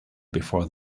before